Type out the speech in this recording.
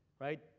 right